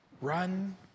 Run